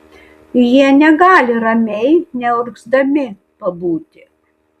jie negali ramiai neurgzdami pabūti